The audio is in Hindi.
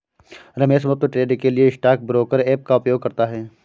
रमेश मुफ्त ट्रेड के लिए स्टॉक ब्रोकर ऐप का उपयोग करता है